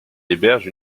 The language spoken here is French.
héberge